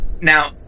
now